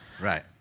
right